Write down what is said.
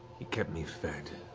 he kept me fed.